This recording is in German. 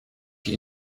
die